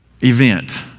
event